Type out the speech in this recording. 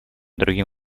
другим